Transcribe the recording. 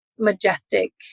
Majestic